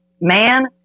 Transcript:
man